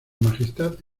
majestad